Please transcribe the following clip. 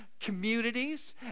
communities